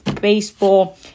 baseball